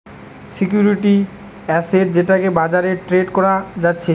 security asset যেটাকে বাজারে trade করা যাচ্ছে